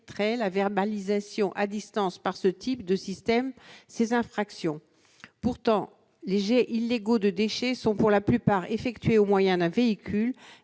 permet la verbalisation à distance par ce type de système. Pourtant, les dépôts illégaux de déchets sont, pour la plupart, effectués au moyen d'un véhicule.